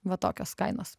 va tokios kainos